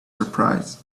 surprise